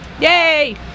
Yay